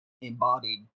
embodied